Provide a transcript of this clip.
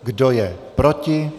Kdo je proti?